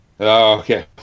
okay